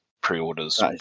pre-orders